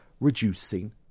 reducing